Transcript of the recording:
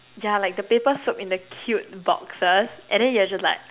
ya like the paper soap in the cute boxes and then you're just like